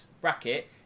bracket